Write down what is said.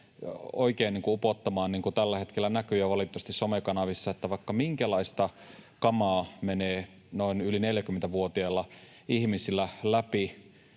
kuin upottamaan — niin kuin tällä hetkellä näkyy valitettavasti some-kanavissa, että vaikka minkälaista kamaa menee noin yli 40‑vuotiailla ihmisillä läpi